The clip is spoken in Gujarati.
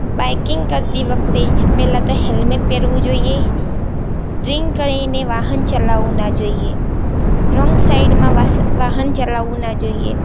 બાઇકિંગ કરતી વખતે પહેલાં તો હેલમેટ પહેરવું જોઈએ ડ્રિંક કરીને વાહન ચલાવવું ના જોઈએ રોંગ સાઇડમાં વાહન ચલાવવું ના જોઈએ